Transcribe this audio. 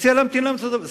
מציע להמתין להמלצות הוועדה.